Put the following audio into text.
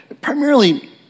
primarily